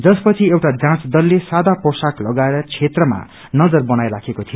जसपछि एउटा जाँच दलले सादा पोशाक लगाएर क्षेत्रमा नजर बनाईराखेको थियो